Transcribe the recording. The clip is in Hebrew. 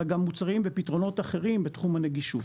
אלא גם מוצרים ופתרונות אחרים בתחום הנגישות